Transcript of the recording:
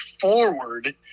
forward